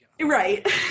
Right